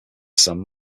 san